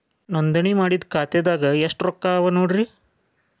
ನೋಂದಣಿ ಮಾಡಿದ್ದ ಖಾತೆದಾಗ್ ಎಷ್ಟು ರೊಕ್ಕಾ ಅವ ನೋಡ್ರಿ